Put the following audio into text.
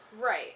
Right